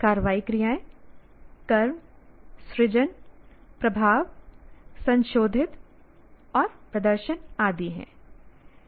कार्रवाई क्रियाएं कर्म सृजन प्रभाव संशोधित और प्रदर्शन आदि हैं